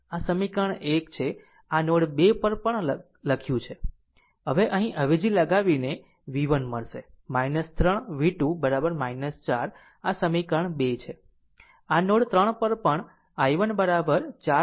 આ સમીકરણ 1 છે આ નોડ 2 પર પણ લખ્યું છે હવે અહીં અવેજી લગાવીને v1 મળશે 3 v2 4 આ સમીકરણ 2 છે નોડ 3 પર પણ i1 4 i4 છે